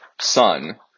son